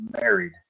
married